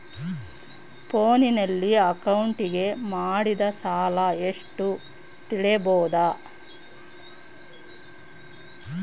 ಫೋನಿನಲ್ಲಿ ಅಕೌಂಟಿಗೆ ಮಾಡಿದ ಸಾಲ ಎಷ್ಟು ತಿಳೇಬೋದ?